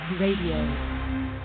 Radio